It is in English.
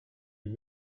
and